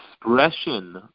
expression